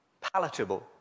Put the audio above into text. palatable